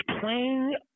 playing